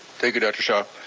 thank you, dr. shaw.